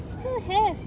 still have